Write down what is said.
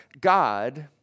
God